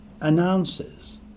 announces